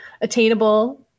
attainable